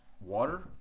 water